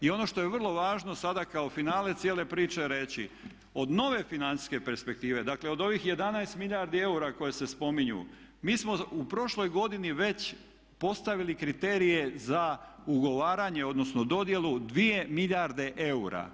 I ono što je vrlo važno sada kao finale cijele priče reći od nove financijske perspektive, dakle od ovih 11 milijardi eura koje se spominju mi smo u prošloj godini već postavili kriterije za ugovaranje odnosno dodjelu dvije milijarde eura.